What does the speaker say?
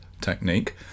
technique